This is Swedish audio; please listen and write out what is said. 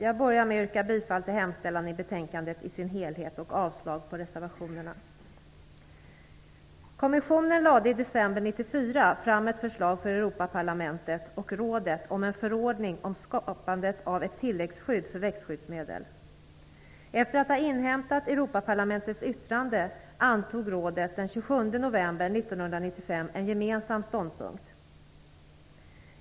Jag börjar med att yrka bifall till hemställan i betänkandet i dess helhet och avslag på reservationerna. Kommissionen lade i december 1994 fram ett förslag för Europaparlamentet och rådet om en förordning om skapandet av ett tilläggsskydd för växtskyddsmedel. Efter att ha inhämtat Europaparlamentets yttrande antog rådet den 27 november 1995 en gemensam ståndpunkt.